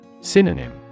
Synonym